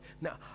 now